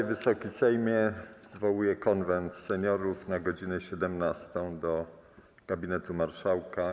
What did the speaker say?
Wysoki Sejmie, zwołuję Konwent Seniorów na godz. 17 w gabinecie marszałka.